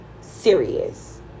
serious